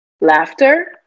laughter